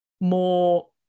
more